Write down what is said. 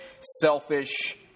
selfish